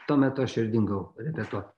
tuo metu aš ir dingau repetuot